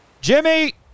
Jimmy